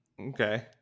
Okay